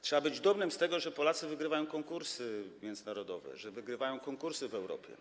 Trzeba być dumnym z tego, że Polacy wygrywają konkursy międzynarodowe, że wygrywają konkursy w Europie.